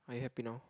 I happy now